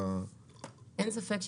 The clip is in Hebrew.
אין ספק,